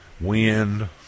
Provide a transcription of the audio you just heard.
wind